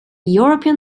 european